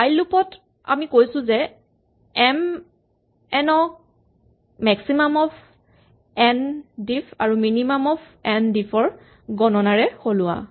while loop ত আমি কৈছো যে এম এন ক মেক্সিমাম অফ এন ডিফ আৰু মিনিমাম অফ এন ডিফ ৰ গণনাৰে সলোৱা